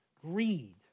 greed